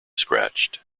scratched